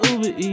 Uber